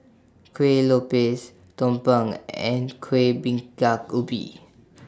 Kueh Lopes Tumpeng and Kueh Bingka Ubi